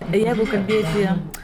bet jeigu kalbėti